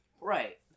right